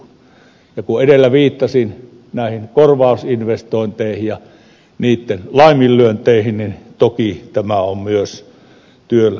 ja kun edellä viittasin näihin korvausinvestointeihin ja niitten laiminlyönteihin niin toki tämä on myös työllisyyskysymys